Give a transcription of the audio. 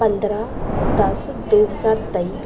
ਪੰਦਰਾਂ ਦਸ ਦੋ ਹਜ਼ਾਰ ਤੇਈ